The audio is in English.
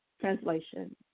translation